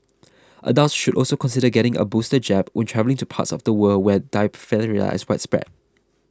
adults should also consider getting a booster jab which travelling to parts of the world where diphtheria is widespread